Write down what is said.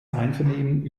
einvernehmen